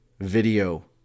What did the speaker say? video